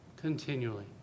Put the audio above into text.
continually